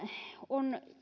on